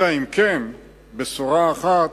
אלא אם כן בשורה אחת,